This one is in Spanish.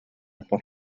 por